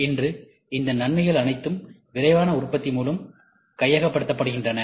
இன்று இந்த நன்மைகள் அனைத்தும் விரைவான உற்பத்தி மூலம் கையகப்படுத்தப்படுகின்றன